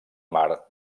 mar